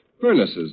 Furnaces